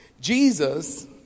Jesus